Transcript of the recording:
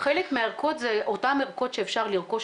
חלק מהערכות זה אותן ערכות שאפשר לרכוש